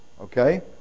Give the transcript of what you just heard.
okay